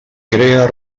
crea